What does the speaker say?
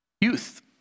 youth